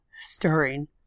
stirring